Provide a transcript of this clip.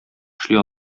эшли